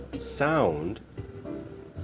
sound